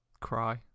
cry